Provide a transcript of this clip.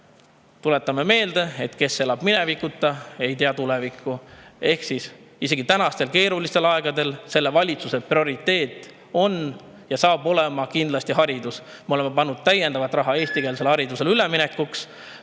Tuletan meelde, et kes elab minevikuta, see ei tea tulevikku. Aga isegi tänastel keerulistel aegadel on selle valitsuse prioriteet ja saab kindlasti ka olema haridus. Me oleme pannud täiendavat raha eestikeelsele haridusele üleminekuks.